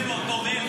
זה יוצא מאותו מייל,